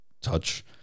touch